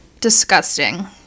disgusting